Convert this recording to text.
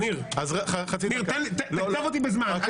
אל תסתום לי את הפה.